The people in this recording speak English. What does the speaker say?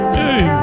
hey